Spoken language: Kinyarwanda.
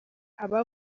aba